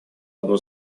одну